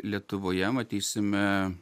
lietuvoje matysime